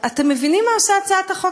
אתם מבינים מה עושה הצעת החוק?